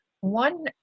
One